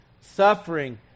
suffering